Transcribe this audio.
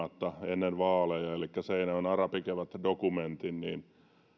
ennen vaaleja elikkä seinäjoen arabikevät dokumentin